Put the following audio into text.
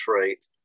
rate